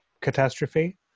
catastrophe